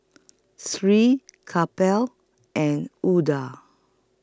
Sri Kapil and Udai